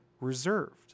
reserved